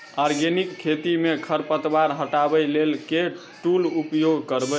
Organic खेती मे खरपतवार हटाबै लेल केँ टूल उपयोग करबै?